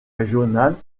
régionales